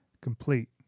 complete